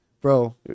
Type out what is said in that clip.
Bro